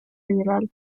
federal